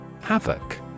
Havoc